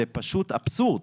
זה פשוט אבסורד.